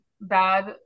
bad